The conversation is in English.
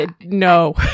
no